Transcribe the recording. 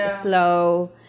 slow